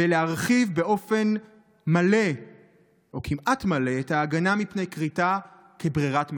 ולהרחיב באופן מלא או כמעט מלא את ההגנה מפני כריתה כברירת מחדל.